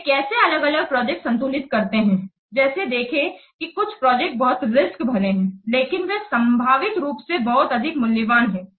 वे कैसे अलग अलग प्रोजेक्ट संतुलित करते हैं जैसे देखें कि कुछ प्रोजेक्ट बहुत रिस्क भरे हैं लेकिन वे संभावित रूप से बहुत अधिक मूल्यवान हैं